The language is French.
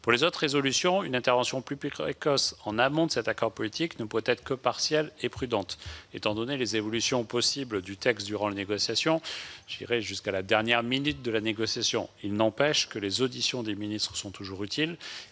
Pour les autres résolutions, une intervention plus précoce en amont de cet accord politique ne pourrait être que partielle et prudente, étant donné les évolutions possibles du texte jusqu'à la dernière minute des négociations. Il n'empêche que les auditions de ministres sont toujours utiles,